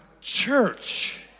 church